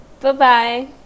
Bye-bye